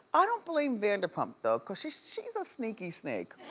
i don't blame vanderpump, though, cause she's she's a sneaky snake.